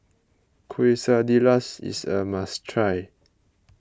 Quesadillas is a must try